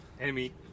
Enemy